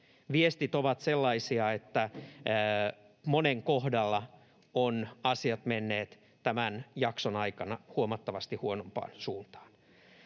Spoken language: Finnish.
Viestit ovat sellaisia, että monen kohdalla ovat asiat menneet tämän jakson aikana huomattavasti huonompaan suuntaan.